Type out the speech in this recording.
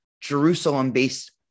Jerusalem-based